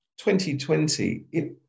2020